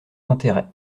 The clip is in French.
intérêt